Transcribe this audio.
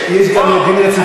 יש, יש גם דין רציפות.